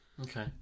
Okay